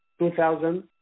2000